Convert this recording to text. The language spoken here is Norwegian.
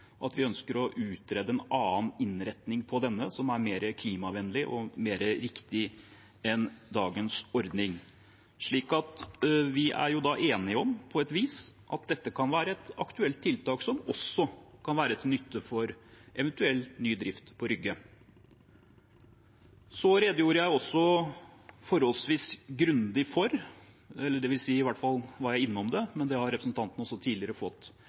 at vi ønsker å utrede en annen innretning på denne som er mer klimavennlig og mer riktig enn dagens ordning. Så vi er enige om, på et vis, at dette kan være et aktuelt tiltak som også kan være til nytte for eventuell ny drift på Rygge. Jeg redegjorde også forholdsvis grundig for – jeg var i hvert fall innom det, og representanten har også tidligere fått